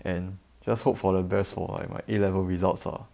and just hope for the best for like my A level results ah